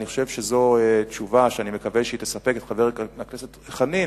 אני חושב שזו תשובה שאני מקווה שהיא תספק את חבר הכנסת חנין,